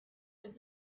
have